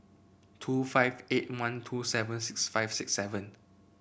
two five eight one two seven six five six seven